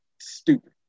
stupid